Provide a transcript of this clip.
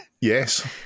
Yes